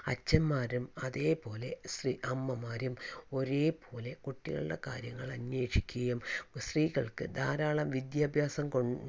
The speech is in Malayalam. അച്ചന്മാരും അതേപോലെ സ്ത്രീ അമ്മമാരും ഒരേപോലെ കുട്ടികളുടെ കാര്യങ്ങൾ അന്വേഷിക്കുകയും സ്ത്രീകൾക്ക് ധാരാളം വിദ്യാഭാസം കൊ